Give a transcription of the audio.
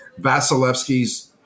Vasilevsky's